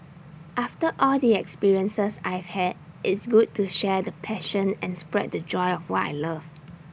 after all the experiences I've had it's good to share the passion and spread the joy of what I love